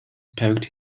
poked